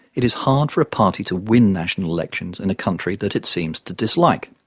it is hard for a party to win national elections in a country that it seems to dislike.